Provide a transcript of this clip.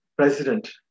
President